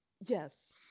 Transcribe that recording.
yes